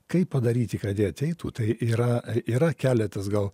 kaip padaryti kad jie ateitų tai yra yra keletas gal